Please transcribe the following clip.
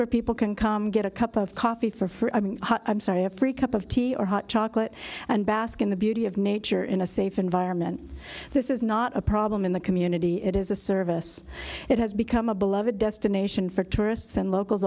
where people can come get a cup of coffee for free i mean i'm sorry a free cup of tea or hot chocolate and bask in the beauty of nature in a safe environment this is not a problem in the community it is a service it has become a beloved destination for tourists and locals